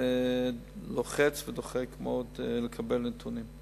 לוחץ ודוחק מאוד לקבל נתונים.